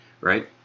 right